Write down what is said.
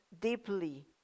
deeply